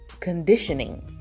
conditioning